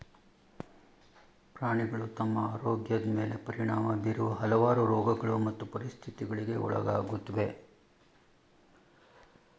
ಪ್ರಾಣಿಗಳು ತಮ್ಮ ಆರೋಗ್ಯದ್ ಮೇಲೆ ಪರಿಣಾಮ ಬೀರುವ ಹಲವಾರು ರೋಗಗಳು ಮತ್ತು ಪರಿಸ್ಥಿತಿಗಳಿಗೆ ಒಳಗಾಗುತ್ವೆ